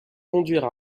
conduire